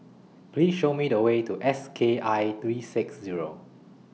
Please Show Me The Way to S K I three six Zero